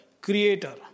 creator